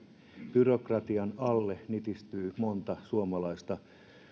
byrokratian alle nitistyy monta suomalaista